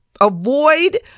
Avoid